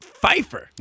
Pfeiffer